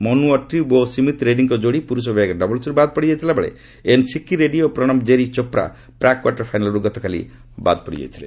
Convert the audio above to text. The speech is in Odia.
ମନୁ ଅଟ୍ରୀ ଓ ବି ସୁମିତ୍ ରେଡ୍ଗୀଙ୍କ ଯୋଡ଼ି ପୁରୁଷ ବିଭାଗ ଡବଲ୍ସ୍ରୁ ବାଦ୍ ପଡ଼ିଯାଇଥିବାବେଳେ ଏନ୍ ସିକ୍କି ରେଡ୍ଡୀ ଓ Pranaav Jerry Chopra pre quarter ଫାଇନାଲ୍ରୁ ଗତକାଲି ବାଦ୍ ପଡ଼ିଯାଇଥିଲେ